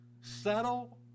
settle